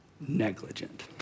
negligent